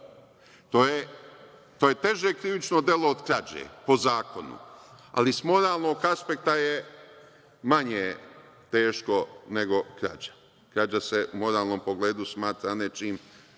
To je teže krivično delo od krađe po zakonu, ali s moralnog aspekta je manje teško nego krađa. Krađa se u moralnom pogledu smatra nečim